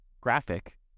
graphic